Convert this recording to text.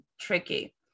tricky